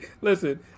Listen